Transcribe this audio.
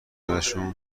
ازشون